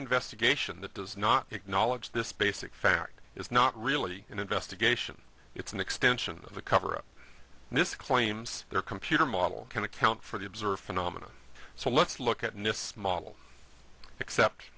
investigation that does not acknowledge this basic fact is not really an investigation it's an extension of the cover up and this claims their computer model can account for the observed phenomena so let's look at